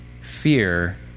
Fear